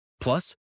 Plus